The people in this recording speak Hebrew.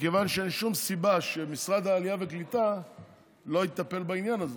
מכיוון שאין שום סיבה שמשרד העלייה והקליטה לא יטפל בעניין הזה,